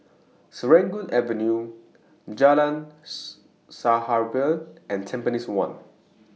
Serangoon Avenue Jalan Sahabat and Tampines one